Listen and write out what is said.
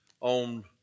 on